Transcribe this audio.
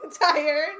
tired